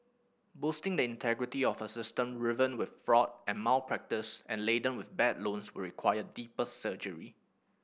boosting the integrity of a system riven with fraud and malpractice and laden with bad loans will require deeper surgery